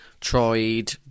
tried